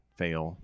fail